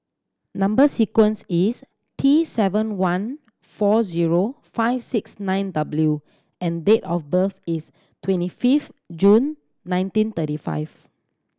number sequence is T seven one four zero five six nine W and date of birth is twenty fifth June nineteen thirty five